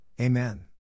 Amen